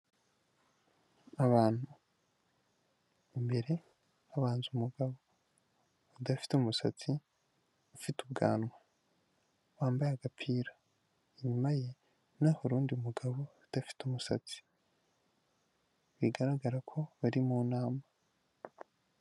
Abantu imbere habanza umugabo udafite umusatsi ufite ubwanwa wambaye agapira, inyuma ye naho hari undi mugabo udafite umusatsi bigaragara ko bari mu nama.